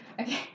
okay